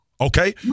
Okay